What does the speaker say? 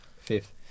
Fifth